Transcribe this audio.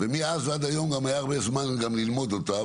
מאז ועד היום היה להם הרבה זמן ללמוד אותה,